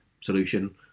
solution